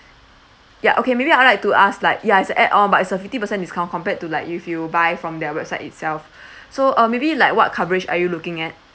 ya okay maybe I'd like to ask like ya it's a add on but it's a fifty percent discount compared to like if you buy from their website itself so uh maybe like what coverage are you looking at